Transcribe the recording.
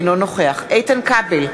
אינו נוכח איתן כבל,